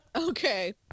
Okay